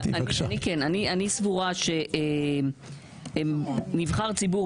אני סבורה שנבחר ציבור,